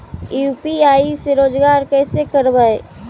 UPI से रोजगार कैसे करबय?